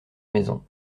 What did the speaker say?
maison